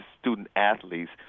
student-athletes